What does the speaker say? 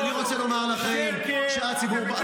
ואני רוצה לומר לכם שהציבור --- לא נכון.